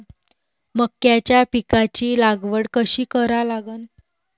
मक्याच्या पिकाची लागवड कशी करा लागन?